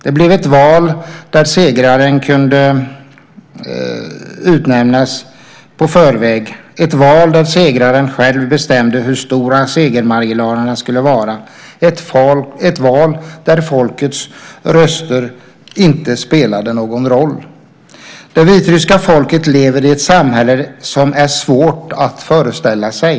Det blev ett val där segraren kunde utnämnas i förväg, ett val där segraren själv bestämde hur stor segermarginalen skulle vara, ett val där folkets röster inte spelade någon roll. Det vitryska folket lever i ett samhälle som är svårt att föreställa sig.